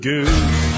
Goose